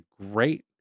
great